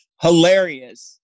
hilarious